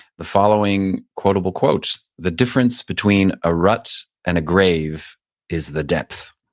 the following quotable quotes. the difference between a rut and a grave is the depth.